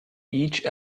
each